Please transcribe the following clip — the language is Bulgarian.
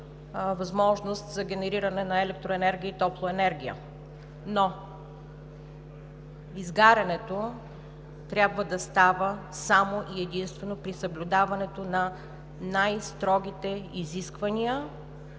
възможност за генериране на електроенергия и топлоенергия, но изгарянето трябва да става само и единствено при съблюдаването на най-строгите изисквания